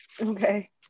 Okay